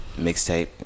mixtape